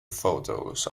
photos